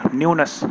newness